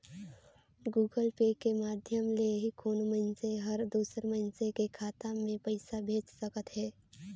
Google Pay के माधियम ले ही कोनो मइनसे हर दूसर मइनसे के खाता में पइसा भेज सकत हें